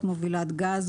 מובילת גז.